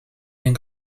den